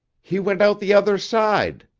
he went out the other side!